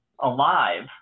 alive